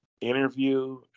interview